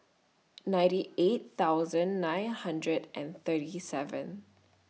ninety eight thousand nine hundred and thirty seven